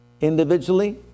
individually